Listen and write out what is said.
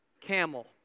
camel